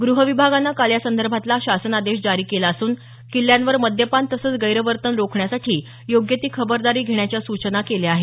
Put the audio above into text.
गृह विभागानं काल यासंदर्भातला शासनादेश जारी केला असून किल्ल्यांवर मद्यपान तसंच गैरवर्तन रोखण्यासाठी योग्य ती खबरदारी घेण्याच्या सूचना केल्या आहेत